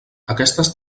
aquestes